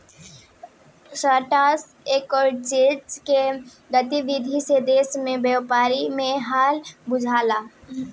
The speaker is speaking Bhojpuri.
स्टॉक एक्सचेंज के गतिविधि से देश के व्यापारी के हाल बुझला